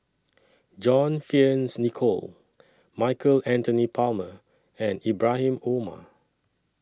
John Fearns Nicoll Michael Anthony Palmer and Ibrahim Omar